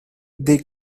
they